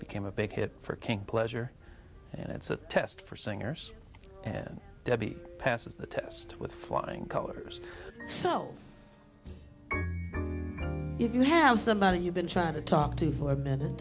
became a big hit for king pleasure and it's a test for singers and debbie passes the test with flying colors so if you have somebody you've been trying to talk to for a